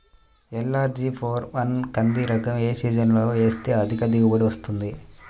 LRG four one కంది రకం ఏ సీజన్లో వేస్తె అధిక దిగుబడి వస్తుంది?